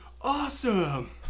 awesome